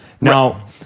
Now